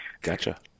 Gotcha